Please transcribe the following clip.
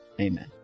amen